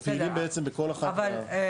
הם פעילים בכל אחת מהקטגוריות.